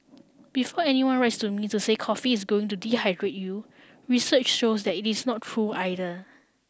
before anyone writes to me to say coffee is going to dehydrate you research shows that is not true either